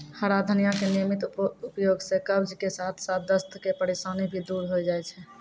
हरा धनिया के नियमित उपयोग सॅ कब्ज के साथॅ साथॅ दस्त के परेशानी भी दूर होय जाय छै